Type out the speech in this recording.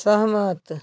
सहमत